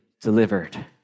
delivered